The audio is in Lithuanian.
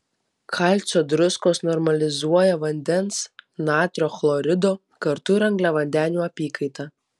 kalcio druskos normalizuoja vandens natrio chlorido kartu ir angliavandenių apykaitą